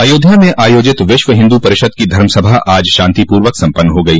अयोध्या में आयोजित विश्व हिंदू परिषद की धर्मसभा आज शांति पूर्वक सम्पन्न हो गई